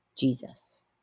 Jesus